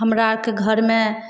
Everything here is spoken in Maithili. हमरा आओरके घरमे